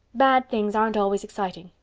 bad things aren't always exciting.